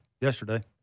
yesterday